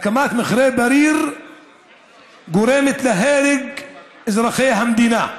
הקמת מכרה בריר גורמת להרג אזרחי המדינה,